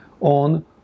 on